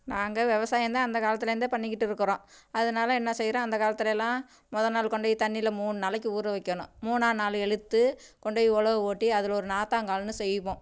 நாங்கள் விவசாயம் தான் அந்த காலத்துலந்தே பண்ணிக்கிட்டு இருக்கிறோம் அதனால என்ன செய்யறோம் அந்த காலத்துலலாம் முத நாள் கொண்டு போய் தண்ணியில மூணு நாளைக்கு ஊற வைக்கணும் மூணா நாள் எழுத்து கொண்டு போய் ஒழவு ஓட்டி அதில் ஒரு நாற்றாங்கால்னு செய்வோம்